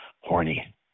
horny